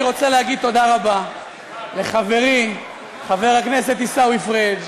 אני רוצה להגיד תודה רבה לחברי חבר הכנסת עיסאווי פריג',